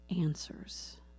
answers